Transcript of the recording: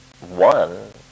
One